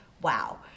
wow